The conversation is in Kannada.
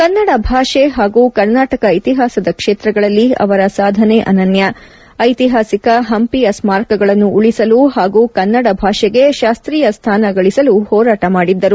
ಕನ್ನಡ ಭಾಷೆ ಹಾಗೂ ಕರ್ನಾಟಕ ಇತಿಹಾಸದ ಕ್ಷೇತ್ರಗಳಲ್ಲಿ ಅವರ ಸಾಧನೆ ಅನನ್ನ ಐತಿಹಾಸಿಕ ಪಂಪಿಯ ಸ್ನಾರಕಗಳನ್ನು ಉಳಿಸಲು ಹಾಗೂ ಕನ್ನಡ ಭಾಷೆಗೆ ಶಾಸ್ತೀಯ ಸ್ನಾನ ಗಳಿಸಲು ಹೋರಾಟ ಮಾಡಿದ್ದರು